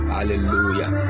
Hallelujah